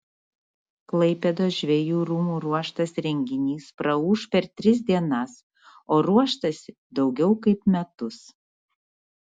klaipėdos žvejų rūmų ruoštas renginys praūš per tris dienas o ruoštasi daugiau kaip metus